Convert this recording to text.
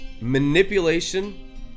manipulation